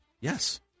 Yes